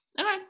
Okay